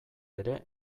ere